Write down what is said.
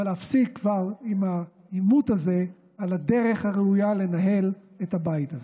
ולהפסיק כבר עם העימות הזה על הדרך הראויה לנהל את הבית הזה.